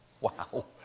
Wow